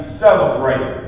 celebrate